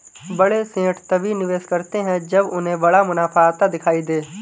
बड़े सेठ तभी निवेश करते हैं जब उन्हें बड़ा मुनाफा आता दिखाई दे